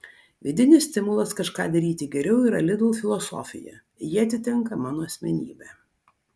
vidinis stimulas kažką daryti geriau yra lidl filosofija ji atitinka mano asmenybę